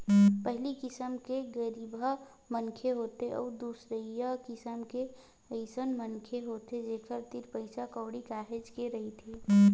पहिली किसम म गरीबहा मनखे होथे अउ दूसरइया किसम के अइसन मनखे होथे जेखर तीर पइसा कउड़ी काहेच के रहिथे